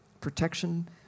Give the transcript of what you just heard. protection